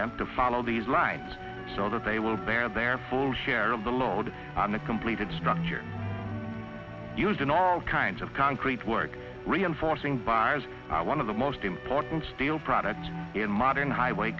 bent to follow these lines so that they will bear their full share of the load on a completed structure used in all kinds of concrete work reinforcing buyers are one of the most important steel products in modern highway